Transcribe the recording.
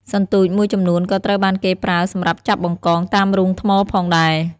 សន្ទូចមួយចំនួនក៏ត្រូវបានគេប្រើសម្រាប់ចាប់បង្កងតាមរូងថ្មផងដែរ។